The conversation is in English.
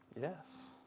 Yes